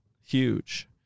huge